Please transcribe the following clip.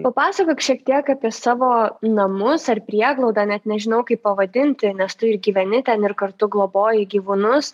papasakok šiek tiek apie savo namus ar prieglaudą net nežinau kaip pavadinti nes tu ir gyveni ten ir kartu globoji gyvūnus